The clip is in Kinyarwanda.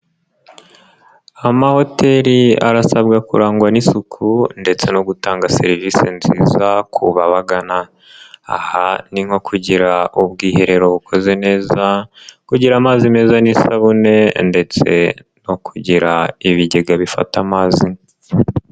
Amahoteli arasabwa kurangwa n'isuku ndetse no gutanga serivisi nziza, ku babagana. Aha ni nko kugira ubwiherero bukoze neza, kugira amazi meza n'isabune ndetse no kugira ibigega bifata amazi.